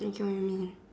I get what you mean